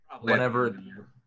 Whenever